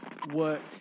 work